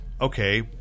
okay